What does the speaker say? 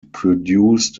produced